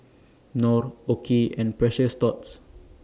Knorr OKI and Precious Thots